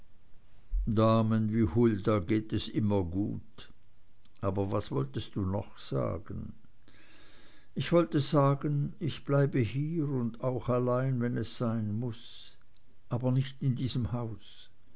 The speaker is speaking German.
damen wie hulda geht es immer gut aber was wolltest du noch sagen ich wollte sagen ich bleibe hier und auch allein wenn es sein muß aber nicht in diesem hause